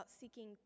seeking